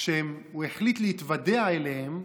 כשהוא החליט להתוודע אליהם,